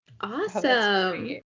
Awesome